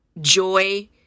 joy